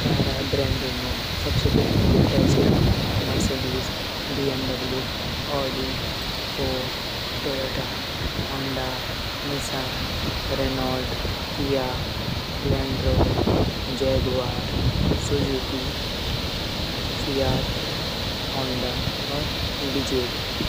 कारा ब्रैंडू नौ सबसे पैली Tesla, Mercedes, BMW, Audi, Ford, Toyota, Honda, Nissan, Renault, Kia, Land Rover, Jaguar, Suzuki, Fiat, Honda और बिजेट।